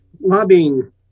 Lobbying